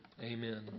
Amen